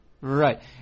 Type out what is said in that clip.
Right